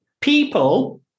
People